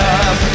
up